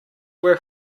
were